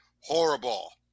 horrible